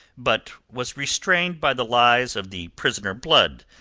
but was restrained by the lies of the prisoner blood,